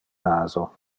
naso